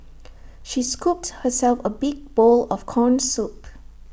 she scooped herself A big bowl of Corn Soup